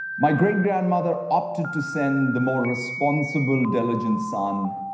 my great grandmother opted to send the more responsible diligent son,